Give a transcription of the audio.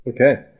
Okay